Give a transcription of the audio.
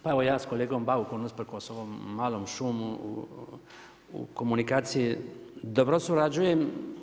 Pa evo ja sa kolegom Baukom usprkos ovom malom šumu u komunikaciji dobro surađujem.